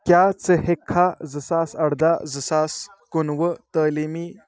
کیٛاہ ژٕ ہیٚکِکھا زٕ ساس اَرداہ زٕ ساس کُنوُہ تعلیٖمی